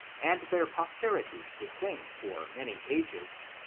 and their posterities the same for many ages,